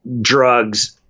drugs